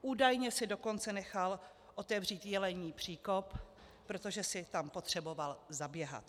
Údajně si dokonce nechal otevřít Jelení příkop, protože si tam potřeboval zaběhat.